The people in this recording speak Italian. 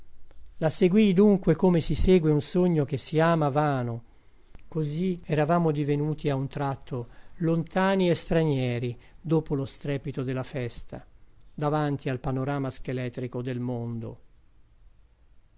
la seguii dunque come si segue un sogno che si ama vano così eravamo divenuti a un tratto lontani e stranieri dopo lo strepito della festa davanti al panorama scheletrico del mondo